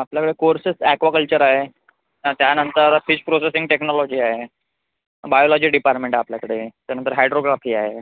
आपल्याकडे courses aquaculture आहे त्यानंतर फिश प्रोसेसिंग टेक्नॉलॉजी आहे बायोलाॅजी डिपार्टमेंट आहे आपल्याकडे त्यानंतर हायड्रोग्राफी आहे